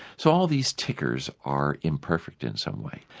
so all these tickers are imperfect in some way.